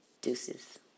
Deuces